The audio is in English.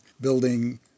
building